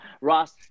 Ross